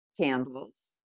candles